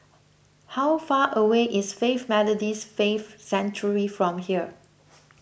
how far away is Faith Methodist Faith Sanctuary from here